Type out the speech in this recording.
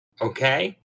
okay